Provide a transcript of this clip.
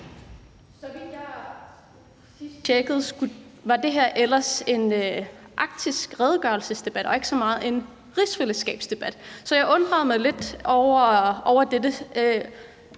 Sidst jeg tjekkede det, var det her ellers en arktisk redegørelsesdebat og ikke så meget en rigsfællesskabsdebat. Så jeg undrede mig lidt over dette,